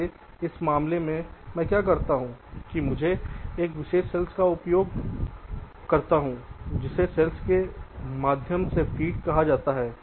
इसलिए इस मामले में मैं क्या करता हूं कि मैं कुछ विशेष सेल्स का उपयोग करता हूं जिन्हें सेल्स के माध्यम से फीड कहा जाता है